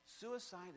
Suicide